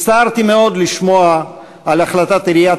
הצטערתי מאוד לשמוע על החלטת עיריית